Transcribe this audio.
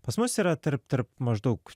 pas mus yra tarp tarp maždaug